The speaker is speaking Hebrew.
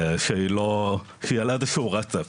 שהיא על איזה שהוא רצף.